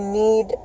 need